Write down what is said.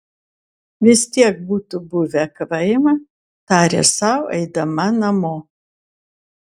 vis tiek būtų buvę kvaila tarė sau eidama namo